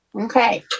Okay